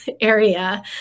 area